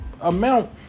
amount